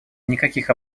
никаких